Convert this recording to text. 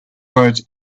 words